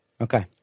Okay